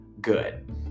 good